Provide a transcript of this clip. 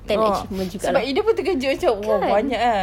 oh sebab ida pun terkejut macam !wah! banyaknya